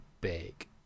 big